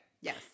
yes